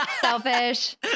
Selfish